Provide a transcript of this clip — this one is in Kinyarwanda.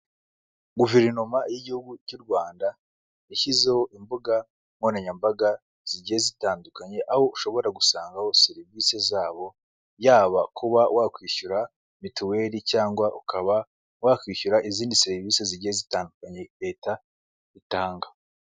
Guverinoma y'igihugu cy'u Rwanda yashyizeho imbuga nkoranyambaga zigiye zitandukanye, aho ushobora gusangaho serivisi zabo, yaba kuba wakwishyura mituweli, cyangwa ukaba wakwishyura izindi serivisi zigiye zitandukanye leta itanga.